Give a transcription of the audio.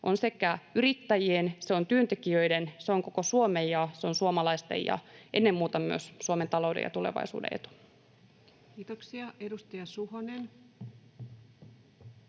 on yrittäjien, se on työntekijöiden, se on koko Suomen ja se on suomalaisten ja ennen muuta myös Suomen talouden ja tulevaisuuden etu. [Speech 132] Speaker: